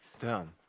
done